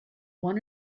one